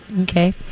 okay